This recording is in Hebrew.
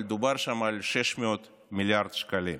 אבל דובר שם על 600 מיליארד שקלים,